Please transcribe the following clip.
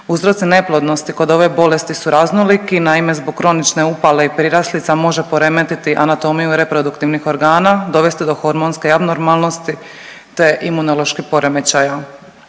Uzroci neplodnosti kod ove bolesti su raznoliki, naime zbog kronične upale i priraslica može poremetiti anatomiju reproduktivnih organa, dovesti do hormonske abnormalnosti, te imunoloških poremećaja.